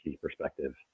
perspective